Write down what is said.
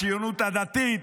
הציונות הדתית,